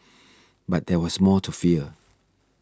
but there was more to fear